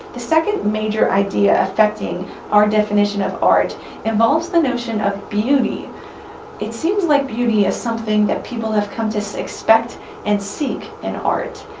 the second major idea affecting our definition of art involves the notion of beauty it seems like beauty is something that people have come to so expect and seek in art,